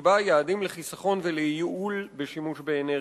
תקבע יעדים לחיסכון ולייעול בשימוש באנרגיה.